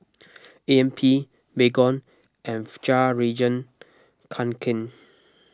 A M P Baygon and Fjallraven Kanken